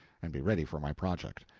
and be ready for my project.